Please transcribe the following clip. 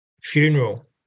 funeral